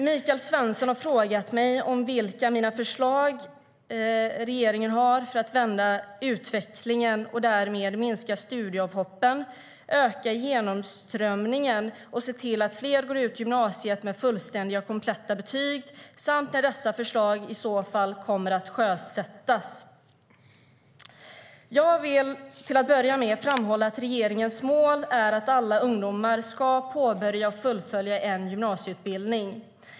Michael Svensson har frågat mig vilka förslag regeringen har för att vända utvecklingen och därmed minska studieavhoppen, öka genomströmningen och se till att fler går ut gymnasiet med fullständiga och kompletta betyg samt när dessa förslag i så fall kommer att sjösättas. Jag vill till att börja med framhålla att regeringens mål är att alla ungdomar ska påbörja och fullfölja en gymnasieutbildning.